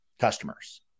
customers